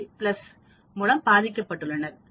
we plus மூலம் பாதிக்கப்பட்டுள்ளனர்